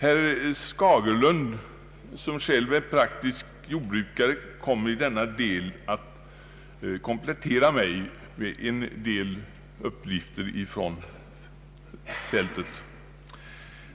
Herr Skagerlund, som själv är praktisk jordbrukare, kommer i denna del att komplettera mig med en del uppgifter från fältet.